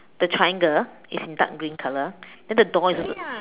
the triangle is in dark green color and then the door is also